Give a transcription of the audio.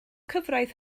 cyfraith